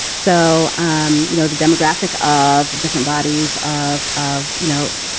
so, um you know, the demographic of different bodies of of, you know,